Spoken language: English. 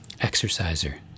exerciser